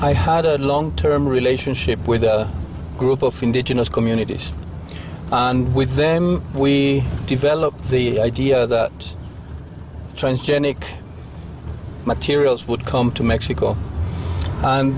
i had a long term relationship with a group of indigenous communities and with them we developed the idea that transgenic materials would come to mexico